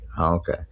Okay